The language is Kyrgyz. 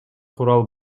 курал